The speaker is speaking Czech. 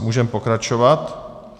Můžeme pokračovat.